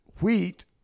wheat